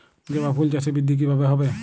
জবা ফুল চাষে বৃদ্ধি কিভাবে হবে?